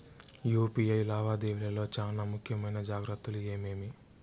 UPI లావాదేవీల లో చానా ముఖ్యమైన జాగ్రత్తలు ఏమేమి?